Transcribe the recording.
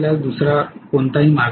दुसरा कोणताही मार्ग नाही